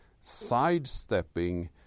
sidestepping